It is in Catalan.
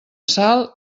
sal